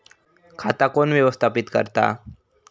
खाता कोण व्यवस्थापित करता?